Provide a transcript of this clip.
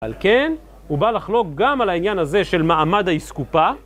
כן, הוא בא לחלוק גם על העניין הזה של מעמד האסקופה.